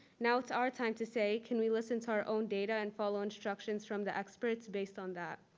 now it's our time to say, can we listen to our own data and follow instructions from the experts, based on that?